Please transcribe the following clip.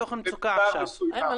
תודה רבה.